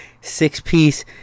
Six-piece